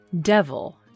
Devil